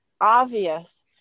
obvious